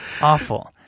awful